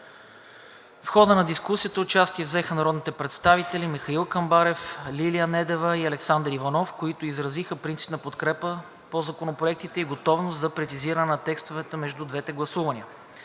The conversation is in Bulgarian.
В хода на дискусията участие взеха народните представители Михал Камбарев, Лилия Недева и Александър Иванов, които изразиха принципна подкрепа по законопроектите и готовност за прецизиране на текстовете между двете гласувания.